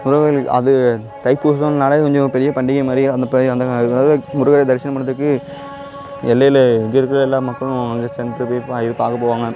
முருகர் கோயிலுக்கு அது தைப்பூசம்னாலே கொஞ்சம் பெரிய பண்டிகைமாரி அந்த பெரிய அந்த அதாவது முருகரை தரிசனம் பண்ணுறதுக்கு எல்லையில் எங்கே இருக்கிற எல்லா மக்களும் அங்கே சேர்ந்துபோய் இது பார்க்க போவாங்க